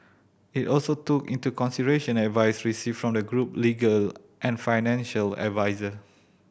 it also took into consideration advice received from the group legal and financial adviser